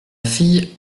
fille